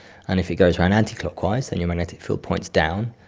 and if it goes round anticlockwise then your magnetic field points down,